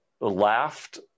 laughed